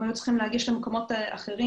הם היו צריכים להגיש בקשות למקומות אחרים.